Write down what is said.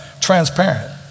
transparent